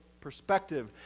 perspective